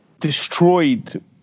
Destroyed